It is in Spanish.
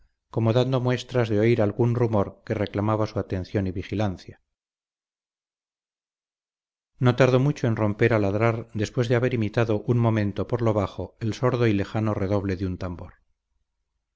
como dando muestras de oír algún rumor que reclamaba su atención y vigilancia no tardó mucho en romper a ladrar después de haber imitado un momento por lo bajo el sordo y lejano redoble de un tambor